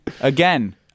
Again